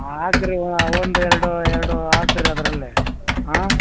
ಹಾಕ್ ರೀ ಒಂದು ಎರಡು ಎರಡು ಹಾಕ್ ರೀ ಅದರಲ್ಲಿ ಆಂ